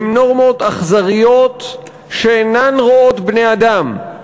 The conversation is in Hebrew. הן נורמות אכזריות שאינן רואות בני-אדם,